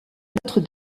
notre